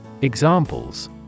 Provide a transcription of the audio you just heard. Examples